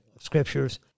scriptures